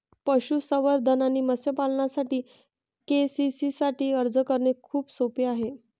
पशुसंवर्धन आणि मत्स्य पालनासाठी के.सी.सी साठी अर्ज करणे खूप सोपे आहे